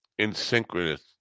insynchronous